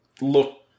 look